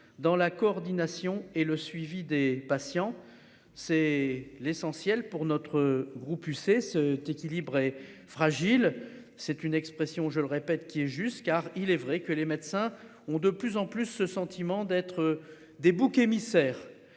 dans la coordination et le suivi des patients, c'est l'essentiel pour notre groupe UC se tu équilibre fragile. C'est une expression. Je le répète qui est juste car il est vrai que les médecins ont de plus en plus ce sentiment d'être des boucs émissaires